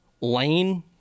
Lane